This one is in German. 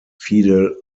fidel